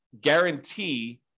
guarantee